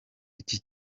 iki